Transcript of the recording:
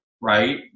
right